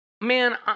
man